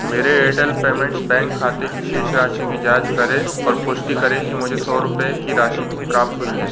मेरे Airtel Payments Bank खाते की शेष राशि की जाँच करें और पुष्टि करें कि मुझे सौ रुपये की राशि प्राप्त हुई है